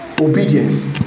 Obedience